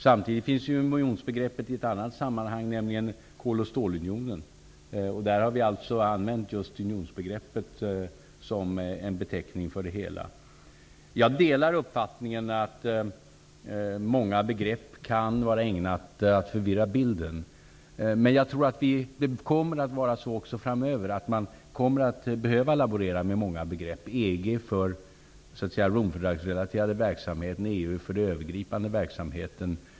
Samtidigt finns unionsbegreppet i ett annat sammanhang, nämligen kol och stålunionen. Där har vi använt unionsbegreppet som en beteckning för det hela. Jag delar uppfattningen att många begrepp kan vara ägnade att förvirra bilden. Jag tror att det även framöver kommer att vara nödvändigt att laborera med många begrepp. EG för den Romfördragsrelaterade verksamheten, EU för den övergripande verksamheten.